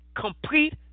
complete